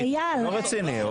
לא שמעתי כלום.